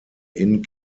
inn